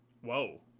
Whoa